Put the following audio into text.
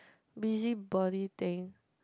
busybody thing